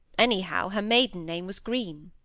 anyhow her maiden name was green